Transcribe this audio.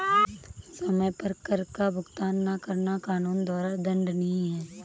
समय पर कर का भुगतान न करना कानून द्वारा दंडनीय है